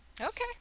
Okay